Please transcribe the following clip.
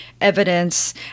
evidence